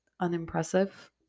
unimpressive